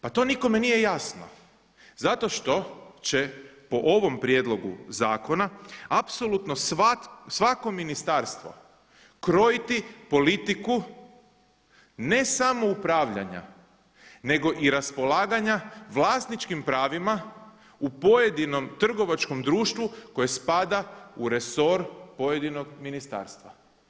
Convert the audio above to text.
Pa to nikome nije jasno zato što će po ovom prijedlogu zakona apsolutno svako ministarstvo krojiti politiku ne samo upravljanja nego i raspolaganja vlasničkim pravima u pojedinom trgovačkom društvu koje spada u resor pojedinog ministarstva.